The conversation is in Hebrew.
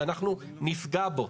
שאנחנו נפגע בו.